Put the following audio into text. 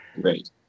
Right